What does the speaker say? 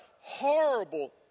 horrible